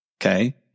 Okay